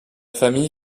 famille